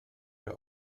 wir